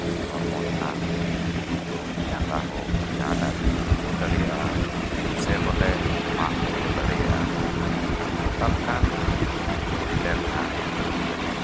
ᱦᱚᱲᱢᱚ ᱨᱮᱱᱟᱜ ᱛᱤ ᱦᱳᱠ ᱡᱟᱸᱜᱟ ᱦᱳᱠ ᱡᱟᱸᱦᱟᱴᱟᱜ ᱜᱮ ᱨᱟᱹᱯᱩᱫ ᱫᱟᱲᱮᱭᱟᱜ ᱥᱮ ᱵᱚᱞᱮ ᱢᱟᱜ ᱠᱩᱴᱨᱟᱹ ᱫᱟᱲᱮᱭᱟᱜᱼᱟ ᱱᱚᱝᱠᱟ ᱞᱮᱠᱟᱱ ᱦᱩᱭ ᱞᱮᱱᱠᱷᱟᱱ